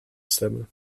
stemmen